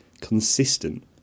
consistent